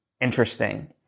interesting